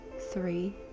three